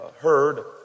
heard